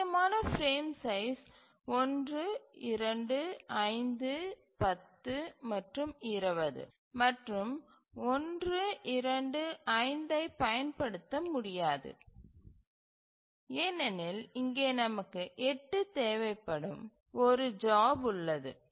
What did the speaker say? சாத்தியமான frame size 1 2 5 10 மற்றும் 20 மற்றும் 1 2 5 ஐப் பயன்படுத்த முடியாது ஏனெனில் இங்கே நமக்கு 8 தேவைப்படும் ஒரு ஜாப் உள்ளது